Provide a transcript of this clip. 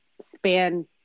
span